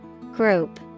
Group